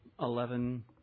Eleven